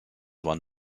one